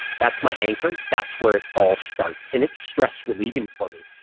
that's my anchor. that's where it all starts. and it's stress relieving for me.